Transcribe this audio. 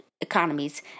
economies